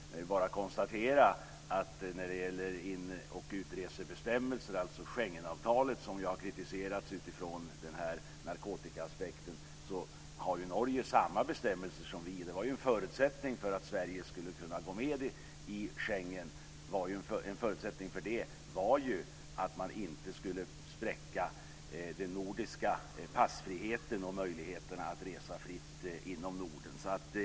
Jag vill bara konstatera att när det gäller in och utresebestämmelser, dvs. Schengenavtalet, som har kritiserats utifrån narkotikaaspekten, har Norge samma bestämmelser som Sverige. En förutsättning för att Sverige skulle kunna gå med i Schengen var att man inte skulle spräcka den nordiska passfriheten och möjligheten att resa fritt inom Norden.